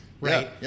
right